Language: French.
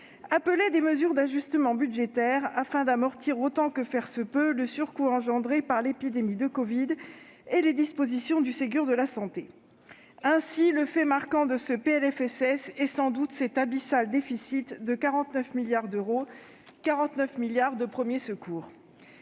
appelait des mesures d'ajustement budgétaire afin d'amortir, autant que faire se peut, le surcoût engendré par l'épidémie de covid, et les dispositions du Ségur de la santé. Ainsi, le fait marquant de ce PLFSS est sans aucun doute cet abyssal déficit de 49 milliards d'euros de premiers secours.